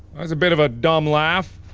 that's a bit of a dumb laugh.